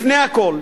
לפני הכול,